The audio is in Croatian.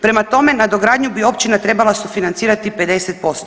Prema tome, nadogradnju bi općina trebala sufinancirati 50%